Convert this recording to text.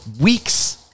weeks